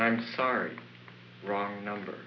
i'm sorry wrong number